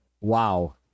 Wow